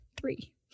Three